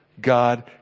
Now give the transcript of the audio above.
God